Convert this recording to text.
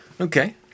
Okay